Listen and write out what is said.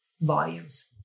volumes